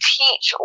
teach